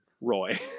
Roy